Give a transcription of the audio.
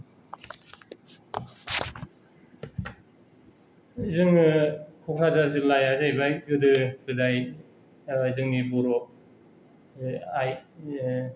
जोङो क'क्राझार जिल्लाया जाहैबाय गोदो गोदाय जोंनि बर' जे आइ